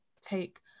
take